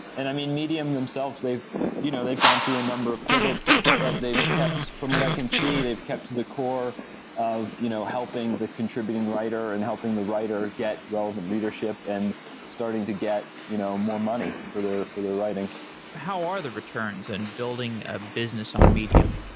and i mean, medium themselves they've you know they've gone through a number of pivots, but they've kept from what i can see they've kept to the core of you know helping the contributing writer and helping the writer get relevant readership and starting to get you know more money for their for their writing how are the returns in and building a business on medium?